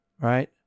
right